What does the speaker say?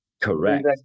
Correct